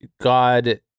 God